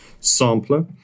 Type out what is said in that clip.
sampler